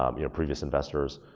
um you know, previous investors.